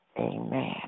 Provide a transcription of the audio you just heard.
Amen